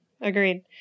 agreed